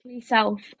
self